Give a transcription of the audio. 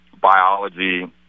biology